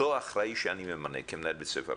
אותו אחראי שאני ממנה כמנהל בית ספר,